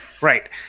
Right